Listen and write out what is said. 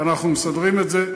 אנחנו מסדרים את זה.